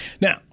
Now